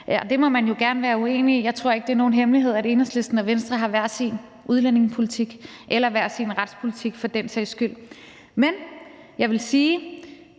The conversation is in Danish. det må man jo gerne være uenig i. Jeg tror ikke, det er nogen hemmelighed, at Enhedslisten og Venstre har hver sin udlændingepolitik eller hver sin retspolitik for den sags skyld. Jeg vil sige,